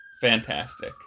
fantastic